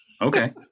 Okay